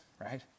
right